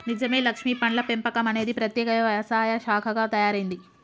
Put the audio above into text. నిజమే లక్ష్మీ పండ్ల పెంపకం అనేది ప్రత్యేక వ్యవసాయ శాఖగా తయారైంది